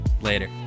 later